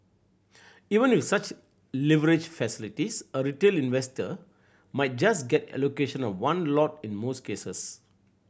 even with such leverage facilities a retail investor might just get allocation of one lot in most cases